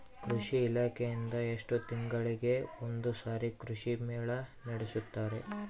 ಕೃಷಿ ಇಲಾಖೆಯಿಂದ ಎಷ್ಟು ತಿಂಗಳಿಗೆ ಒಂದುಸಾರಿ ಕೃಷಿ ಮೇಳ ನಡೆಸುತ್ತಾರೆ?